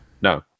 No